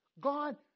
God